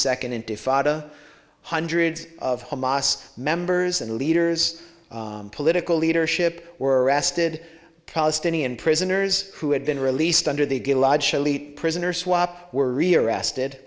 second intifada hundreds of hamas members and leaders political leadership were arrested palestinian prisoners who had been released under the prisoner swap were rearrested